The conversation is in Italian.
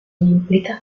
implica